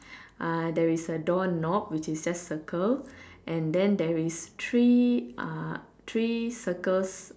uh there is a door knob which is just circle and then there is three uh three circles